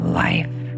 life